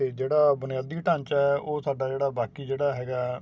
ਅਤੇ ਜਿਹੜਾ ਬੁਨਿਆਦੀ ਢਾਂਚਾ ਉਹ ਸਾਡਾ ਜਿਹੜਾ ਬਾਕੀ ਜਿਹੜਾ ਹੈਗਾ